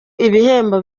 ibihembo